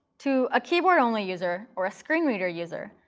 to a keyboard-only user or a screen reader user,